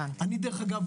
אגב,